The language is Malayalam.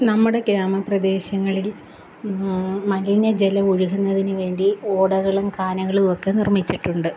നമ്മുടെ ഗ്രാമപ്രദേശങ്ങളില് മലിനജലം ഒഴുകുന്നതിനുവേണ്ടി ഓടകളും കാനകളും ഒക്കെ നിര്മ്മിച്ചിട്ടുണ്ട്